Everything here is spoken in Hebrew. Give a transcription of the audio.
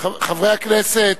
חברי הכנסת,